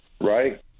right